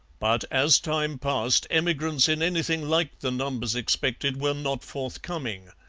but as time passed emigrants in anything like the numbers expected were not forthcoming.